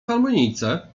harmonijce